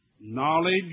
knowledge